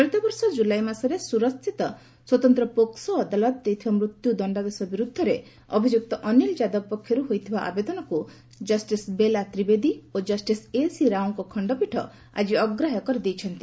ଚଳିତ ବର୍ଷ କ୍କୁଲାଇ ମାସରେ ସୁରତ ସ୍ଥିତ ସ୍ୱତନ୍ତ ପୋକ୍ବୋ ଅଦାଲତ ଦେଇଥିବା ମୃତ୍ୟୁ ଦଶ୍ଡାଦେଶ ବିରୁଦ୍ଧରେ ଅଭିଯୁକ୍ତ ଅନିଲ ଯାଦବ ପକ୍ଷରୁ ହୋଇଥିବା ଆବେଦନକୁ ଜଷ୍ଟିସ୍ ବେଲା ତ୍ରିବେଦୀ ଓ ଜଷ୍ଟିସ୍ ଏସି ରାଓଙ୍କ ଖଣ୍ଡପୀଠ ଆଜି ଅଗ୍ରାହ୍ୟ କରିଦେଇଛନ୍ତି